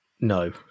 No